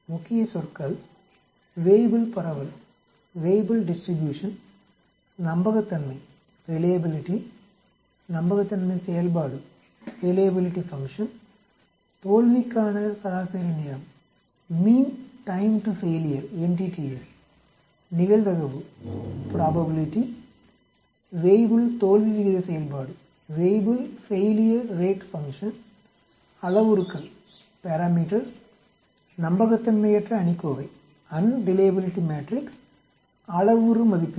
முக்கியச்சொற்கள் Weibull பரவல் நம்பகத்தன்மை நம்பகத்தன்மை செயல்பாடு தோல்விக்கான சராசரி நேரம் நிகழ்தகவு வேய்புல் தோல்வி விகித செயல்பாடு அளவுருக்கள் நம்பகத்தன்மையற்ற அணிக்கோவை அளவுரு மதிப்பீடு